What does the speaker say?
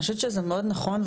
אני חושבת שזה מאוד נכון,